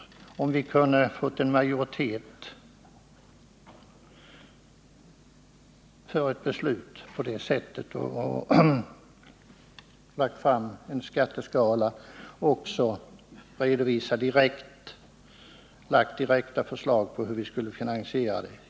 Det hade varit bra om vi hade fått en majoritet för ett sådant beslut — lagt fram förslag till en skatteskala och direkta förslag till hur vi skulle finansiera sänkningen.